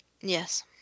Yes